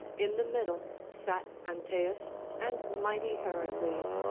in the middle sat antaeus and mighty heracles,